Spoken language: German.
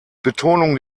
betonung